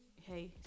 hey